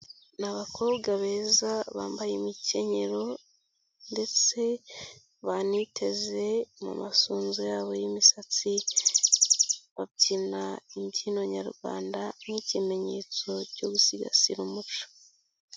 Ni abakobwa beza bambaye imikenyero ndetse baniteze mu masunzu yabo y'imisatsi, babyina imbyino nyarwanda nk'ikimenyetso cyo gusigasira umuco.